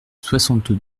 soixante